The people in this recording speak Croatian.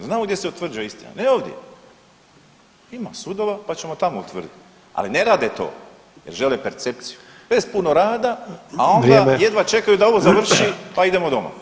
Znamo gdje se utvrđuje istina, ne ovdje, ima sudova, pa ćemo tamo utvrdit, ali ne rade to jer žele percepciju bez puno rada [[Upadica: Vrijeme]] a onda jedva čekaju da ovo završi, pa idemo doma.